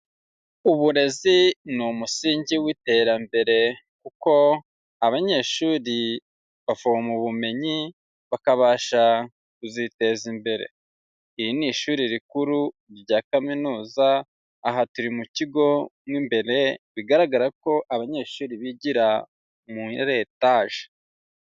Uburezi ni umusingi w'iterambere kuko abanyeshuri bavoma ubumenyi, bakabasha kuziteza imbere, iri ni ishuri rikuru rya kaminuza, aha turi mu kigo mo imbere, bigaragara ko abanyeshuri bigira muri etaje.